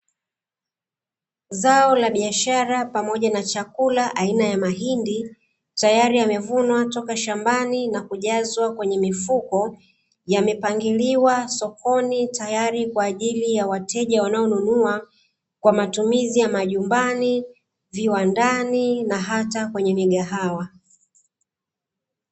Zao la biashara pamoja na chakula aina ya mahindi, tayari yamevunwa kutoka shambani na kujazwa kwenye mifuko; yamepangiliwa sokoni tayari kwa ajili ya wateja wanaonunua kwa matumizi ya majumbani, viwandani na hata kwenye migahawa.